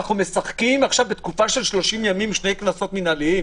אנחנו משחקים עכשיו בתקופה של 30 ימים עם שני קנסות מינהליים?